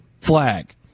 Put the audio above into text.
flag